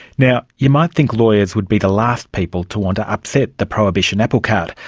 now, you might think lawyers would be the last people to want to upset the prohibition applecart.